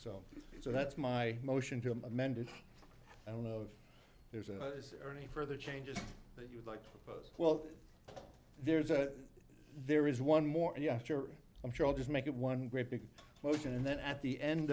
so so that's my motion to amend it i don't know if there's any further changes that you'd like to propose well there's a there is one more yes sure i'm sure i'll just make it one great big motion and then at the end